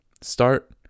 start